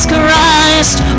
Christ